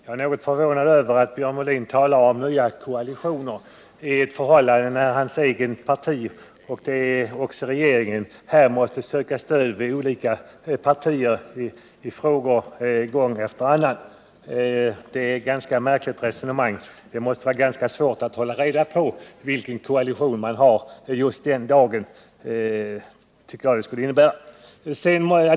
Herr talman! Jag är något förvånad över att Björn Molin talar om nya koalitioner i ett läge där hans eget parti — och regeringen — gång efter annan måste söka stöd hos olika partier. Det måste vara ganska svårt att i olika frågor hålla reda på vilken koalition som just då gäller.